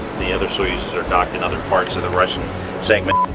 the other soyuzes are docked in other parts of the russian segment.